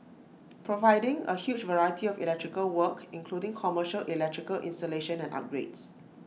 providing A huge variety of electrical work including commercial electrical installation and upgrades